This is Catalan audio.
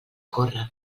córrer